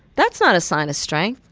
that's not a sign of strength.